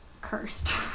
cursed